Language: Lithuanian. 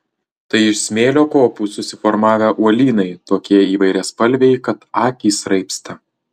tai iš smėlio kopų susiformavę uolynai tokie įvairiaspalviai kad akys raibsta